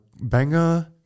Banger